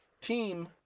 team